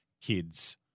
kids